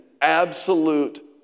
absolute